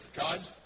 God